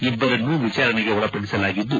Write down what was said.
ಇಬ್ಬರನ್ನು ವಿಚಾರಣೆಗೆ ಒಳಪಡಿಸಲಾಗಿದ್ದು